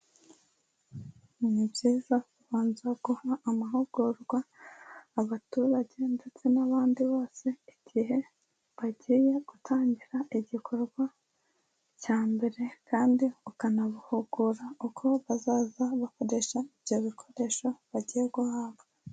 Ni byiza kubanza guha amahugurwa abaturage ndetse n'abandi bose igihe bagiye gutangira igikorwa cya mbere kandi ukanahugura uko bazaza bakoresha ibyo bikoresho bagiye guhabwa.